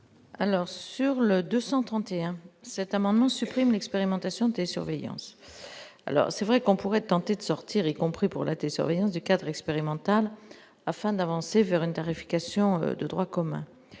Alors sur le 231 cet amendement supprime l'expérimentation télésurveillance alors c'est vrai qu'on pourrait tenter de sortir, y compris pour la télésurveillance du cadre expérimental afin d'avancer vers une tarification de droit commun